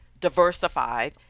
diversified